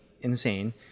insane